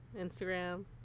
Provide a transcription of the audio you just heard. Instagram